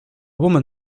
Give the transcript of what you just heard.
woman